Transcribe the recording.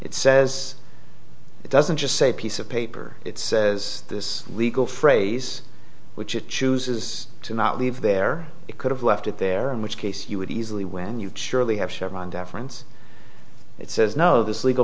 it says it doesn't just say a piece of paper it says this legal phrase which it chooses to not leave there it could have left it there in which case you would easily when you surely have chevron deference it says no this legal